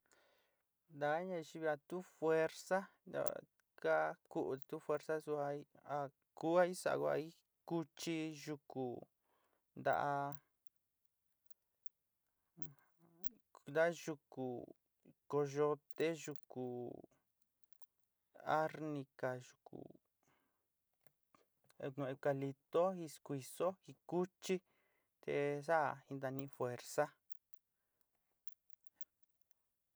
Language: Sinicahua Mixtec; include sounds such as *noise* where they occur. Taá ñayú ja tu fuerzá *unintelligible* ka ku'u tu fuerza su a kui sa'a vaoí, kuchi yukú nta, nta yuku koyote, yuku arnica, yuku eucalipto skuisó te kuchi te saá ntaní fuerzá.